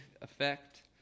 effect